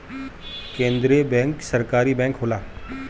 केंद्रीय बैंक सरकारी बैंक होला